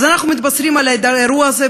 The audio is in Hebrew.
אז אנחנו מתבשרים על האירוע הזה,